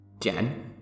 Jen